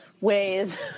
ways